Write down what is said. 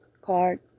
card